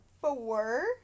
four